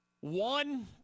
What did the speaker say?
one